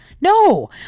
No